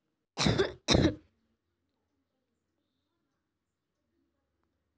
जीवन बीमा के किस्त ल मनसे मन महिना तीन महिना छै महिना नइ तो सलाना हिसाब ले देथे